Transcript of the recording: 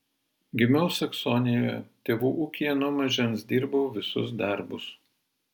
gimiau saksonijoje tėvų ūkyje nuo mažens dirbau visus darbus